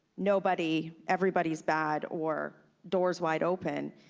nobody, everybody's bad, or door's wide open,